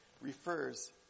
refers